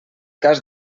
cas